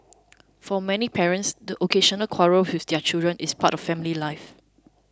for many parents the occasional quarrel with their children is part of family life